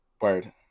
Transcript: Word